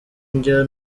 njya